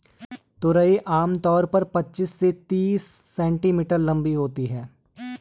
तुरई आम तौर पर पचीस से तीस सेंटीमीटर लम्बी होती है